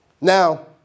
Now